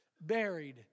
buried